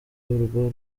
urwo